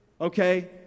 okay